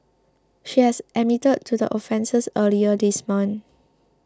she had admitted to the offences earlier this month